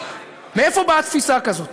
מאיפה באה תפיסה כזאת?